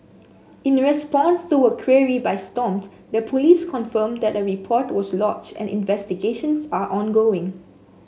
in response to a query by Stomp the police confirmed that a report was lodged and investigations are ongoing